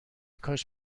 کاش